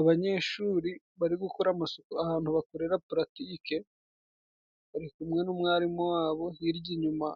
Abanyeshuri bari gukora amasuku ahantu bakorera puratike, bari kumwe n'umwarimu wabo, hirya inyuma